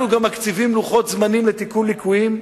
אנחנו גם מקציבים לוחות זמנים לתיקון ליקויים,